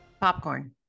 Popcorn